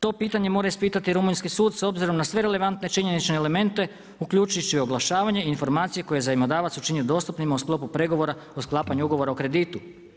To pitanje mora ispitati rumunjski sud s obzirom na sve relevantne činjenične elemente uključujući oglašavanje informacije koje je zajmodavac učinio dostupnima u sklopu pregovora o sklapanju ugovora o kreditu.